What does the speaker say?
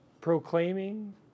proclaiming